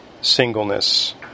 singleness